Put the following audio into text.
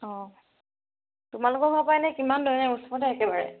অঁ তোমালোকৰ ঘৰৰ পৰা এনেই কিমান দূৰ নে ওচৰতে একেবাৰে